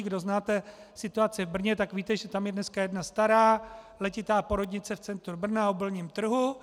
Kdo znáte situaci v Brně, víte, že tam je dneska jedna stará, letitá porodnice v centru Brna na Obilním trhu.